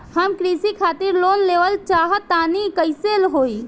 हम कृषि खातिर लोन लेवल चाहऽ तनि कइसे होई?